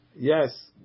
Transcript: Yes